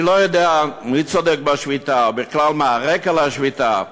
אני לא יודע מי צודק בשביתה ובכלל מה הרקע לשביתה,